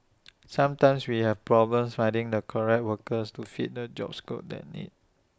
sometimes we have problems finding the correct workers to fit the job scope that need